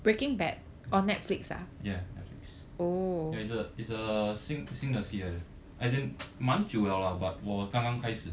ya netflix is a is a 新新的 as in 喜欢蛮久了啊 but 我刚刚开始